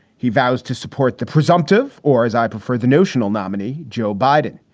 he vows to support the presumptive. or as i prefer, the notional nominee, joe biden.